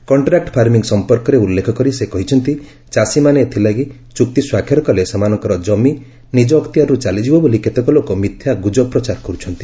contract farming ସମ୍ପର୍କରେ ଉଲ୍ଲେଖ କରି ସେ କହିଛନ୍ତି ଯେ ଚାଷୀମାନେ ଏଥିଲାଗି ଚୁକ୍ତି ସ୍ୱାକ୍ଷର କଲେ ସେମାନଙ୍କର କମି ନିଜ ଅକ୍ତିଆରରୁ ଚାଲିଯିବ ବୋଲି କେତେକ ଲୋକ ମିଥ୍ୟା ଓ ଗୁଜବ ପ୍ରଚାର କରୁଛନ୍ତି